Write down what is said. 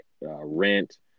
rent